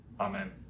amen